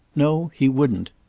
no, he wouldn't.